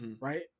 right